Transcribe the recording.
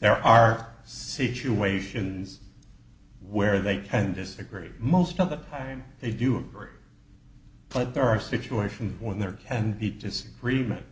there are situations where they can disagree most of the time they do agree but there are situations when there can be disagreement